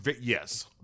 Yes